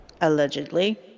Allegedly